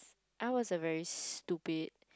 I was a very stupid